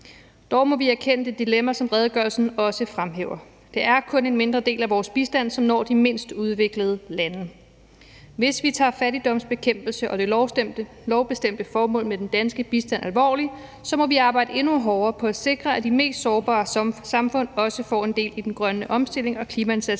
Dog må vi erkende det dilemma, som redegørelsen også fremhæver. Det er kun en mindre del af vores bistand, som når de mindst udviklede lande. Hvis vi tager fattigdomsbekæmpelse og det lovbestemte formål med den danske bistand alvorligt, må vi arbejde endnu hårdere på at sikre, at de mest sårbare samfund også får del i den grønne omstilling og klimaindsatsen